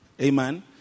Amen